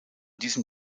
diesem